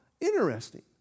Interesting